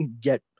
get